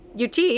UT